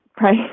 Right